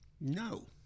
no